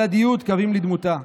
הדדיות, קווים לדמותה.